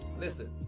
listen